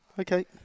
Okay